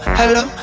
hello